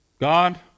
God